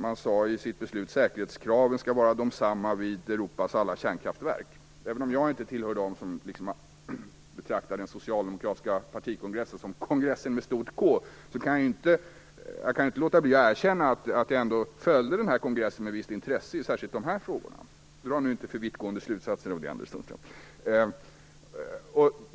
Man sade i sitt beslut att säkerhetskraven skall vara desamma vid Europas alla kärnkraftverk. Även om jag inte hör till dem som betraktar den socialdemokratiska partikonkressen som kongressen med stort K kan jag inte låta bli att erkänna att jag ändå följde kongressen med ett visst intresse, särskilt när det gällde dessa frågor - dra nu inte alltför vittgående slutsatser av det, Anders Sundström.